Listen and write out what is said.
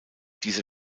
dieser